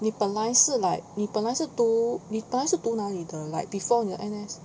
你本来是 like 你本来是读你本来是读那里的 like before 你的 N_S